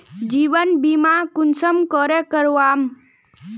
जीवन बीमा कुंसम करे करवाम?